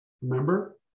Remember